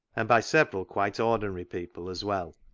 and by several quite ordinary people as well,